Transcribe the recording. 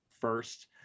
first